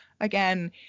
again